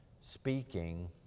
speaking